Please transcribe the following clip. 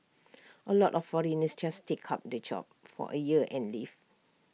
A lot of foreigners just take up the job for A year and leave